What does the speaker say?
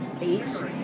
eight